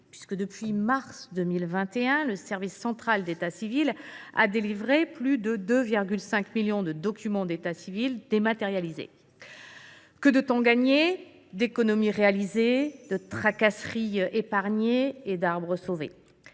succès. Depuis mars 2021, le service central d’état civil a délivré plus de 2,5 millions de documents d’état civil dématérialisés : que de temps gagné, d’économies réalisées, de tracasseries épargnées et d’arbres sauvés !